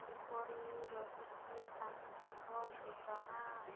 କିପରି ରହିଛି ପାଣିପାଗ ସୂଚନା